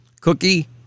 cookie